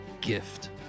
gift